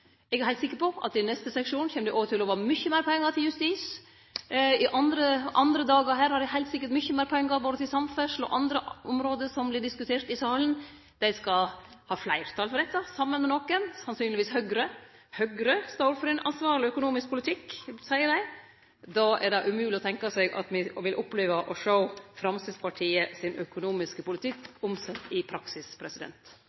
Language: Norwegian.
Eg er heilt sikker på at i neste sesjon kjem det òg til å vere mykje meir pengar til justis, andre dagar har dei heilt sikkert mykje meir pengar til både samferdsle og andre område som vert diskuterte her i salen. Dei skal ha fleirtal for dette saman med nokon, sannsynlegvis Høgre. Høgre står for ein ansvarleg økonomisk politikk, seier dei. Då er det umogleg å tenkje seg at me vil oppleve å sjå Framstegspartiet sin økonomiske